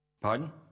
Pardon